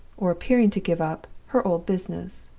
or appearing to give up, her old business.